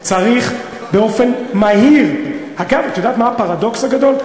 צריך באופן מהיר, אגב, את יודעת מה הפרדוקס הגדול?